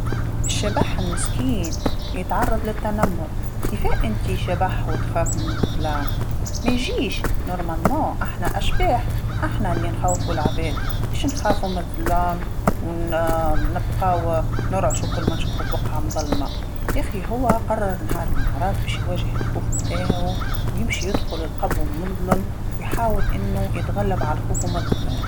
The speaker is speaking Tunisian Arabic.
الشبح المسكين يتعرض للتنمر، كيفاه أنت شبح وتخاف من الظلام، ما يجيش، من المفروض أحنا أشباح، أحنا اللي نخوفو العباد مش نخافو من الظلام ون- نبقاو نرعشو كل ما نشوفو بقعه مظلمه، يخي هو قرر نهار من النهارات باش يواجه الخوف متاعو ويمشي يدخل القبو المظلم ويحاول أنو يتغلب على الخوف ومن الظلام.